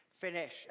finish